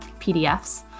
PDFs